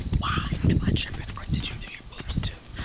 why? am i tripping or did you do your boobs too?